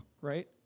right